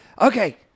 Okay